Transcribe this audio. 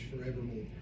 forevermore